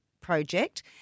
project